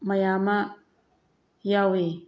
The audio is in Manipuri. ꯃꯌꯥꯝꯃ ꯌꯥꯎꯏ